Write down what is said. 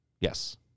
Yes